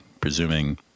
presuming